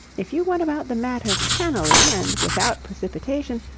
if you went about the matter cannily and without precipitation,